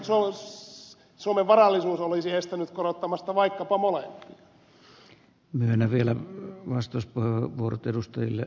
ei suomen varallisuus olisi estänyt korottamasta vaikkapa molempia